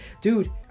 dude